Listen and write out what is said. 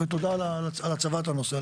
תודה על העלאת הנושא.